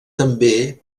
també